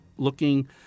looking